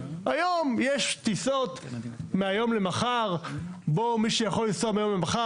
היום יש טיסות מהיום למחר למי שיכול לנסוע מהיום למחר,